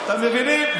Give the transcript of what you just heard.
אתם מבינים?